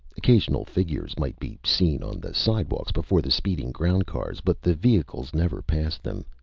occasional figures might be seen on the sidewalks before the speeding ground cars, but the vehicles never passed them.